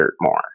more